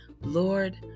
Lord